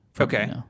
Okay